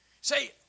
Say